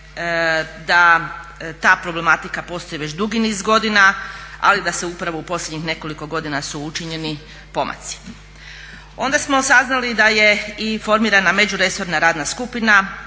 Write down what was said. da ta problematika postoji već dugi niz godina ali da se upravo u posljednjih nekoliko godina su učinjeni pomaci. Onda smo saznali da je i formirana međuresorna radna skupina